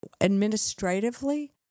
administratively